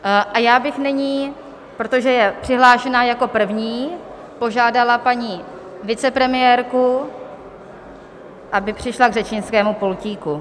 A já bych nyní, protože je přihlášená jako první, požádala paní vicepremiérku, aby přišla k řečnickému pultíku.